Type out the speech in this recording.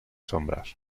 sombras